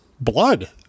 blood